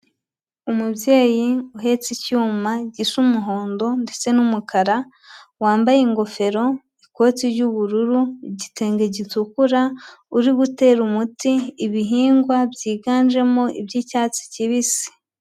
Umubyeyi uhetse icyuma gisa umuhondo ndetse n'umukara, wambaye ingofero, ikoti ry'ubururu, igitenge gitukura, uri gutera umuti ibihingwa byiganjemo iby'icyatsi kibisi.